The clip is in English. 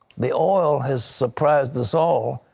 the oil has surprised us all.